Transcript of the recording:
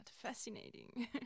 fascinating